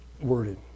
worded